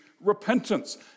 repentance